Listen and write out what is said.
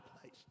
place